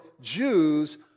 Jews